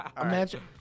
Imagine